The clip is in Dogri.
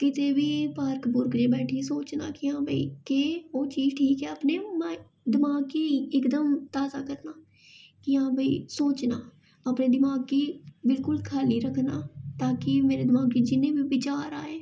कितै बी पार्क पूर्क च बैठियै सोचनां कि हां भाई केह् ओह् चीज ठीक ऐ अपने माइंड दमाक गी इक दम ताजा करना कि हां भाई सोचना अपने दिमाक गी बिल्कुल खाल्ली रक्खना ताकि मेरे दिमाक गी जिन्ने बी बिचार आए